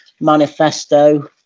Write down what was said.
manifesto